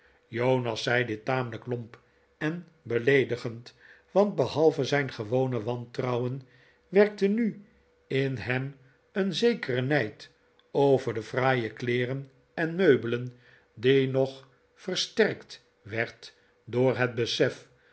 jonas zei dit tamelijk lomp en beleedigend want behalve zijn gewone wantrouwen werkte nu in hem een zekere nijd over de fraaie kleeren en meubelen die nog versterkt werd door het besef